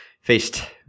faced